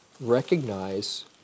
recognize